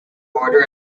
border